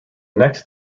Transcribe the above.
next